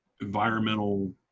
environmental